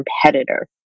competitor